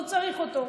לא צריך אותו.